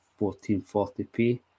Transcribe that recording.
1440p